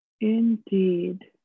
Indeed